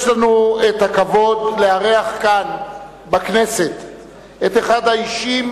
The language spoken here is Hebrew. יש לנו הכבוד לארח כאן את אחד האישים